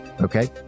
Okay